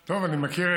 טוב, אני מכיר.